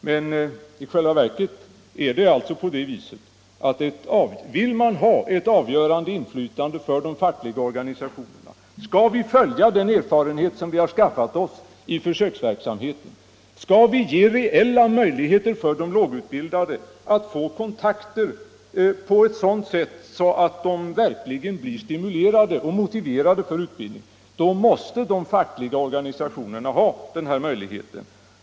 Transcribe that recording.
Men skall vi dra nytta av den erfarenhet vi 83 skaffat oss i försöksverksamheten och skall vi ge en reell chans för de kortutbildade att få sådana kontakter att de verkligen blir stimulerade till och motiverade för utbildning, då måste de fackliga organisationerna ha denna möjlighet.